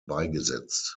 beigesetzt